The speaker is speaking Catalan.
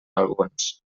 alguns